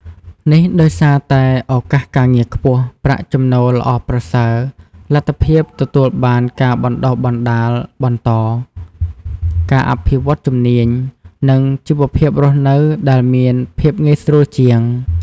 នេះដោយសារតែឱកាសការងារខ្ពស់ ប្រាក់ចំណូលល្អប្រសើរ លទ្ធភាពទទួលបានការបណ្តុះបណ្តាលបន្ត ការអភិវឌ្ឍជំនាញ និងជីវភាពរស់នៅដែលមានភាពងាយស្រួលជាង។